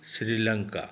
Sri Lanka